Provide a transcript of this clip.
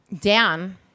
Dan